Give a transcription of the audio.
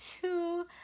two